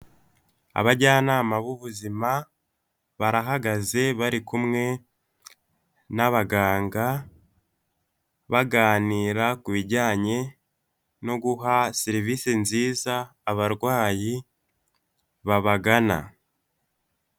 Abajyanama b'ubuzima barahagaze bari kumwe n'abaganga baganira ku bijyanye no guha serivise nziza abarwayi babagana.